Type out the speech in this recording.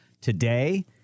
Today